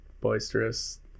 boisterous